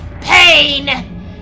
pain